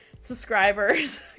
subscribers